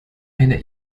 einer